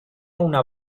una